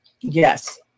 Yes